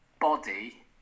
body